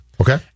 Okay